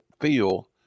feel